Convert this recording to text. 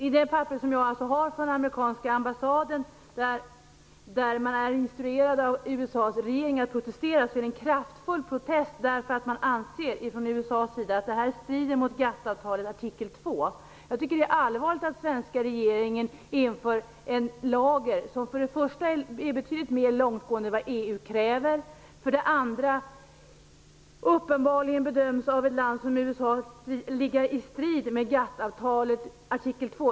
I detta papper som jag alltså har från amerikanska ambassaden, där man är instruerad från USA:s regering att protestera, framförs en kraftfull protest. Man anser ifrån USA:s sida att detta strider mot GATT Jag tycker det är allvarligt att den svenska regeringen inför en lag som för det första är betydligt mer långtgående än vad EU kräver och för det andra uppenbarligen bedöms av ett land som USA att ligga i strid med GATT-avtalets artikel 2.